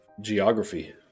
geography